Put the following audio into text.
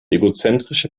egozentrische